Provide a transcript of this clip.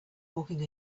walking